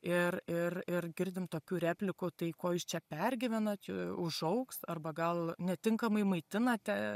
ir ir ir girdim tokių replikų tai ko jūs čia pergyvenat užaugs arba gal netinkamai maitinate